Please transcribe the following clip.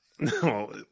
No